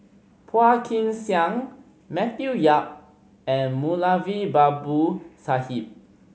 Phua Kin Siang Matthew Yap and Moulavi Babu Sahib